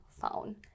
phone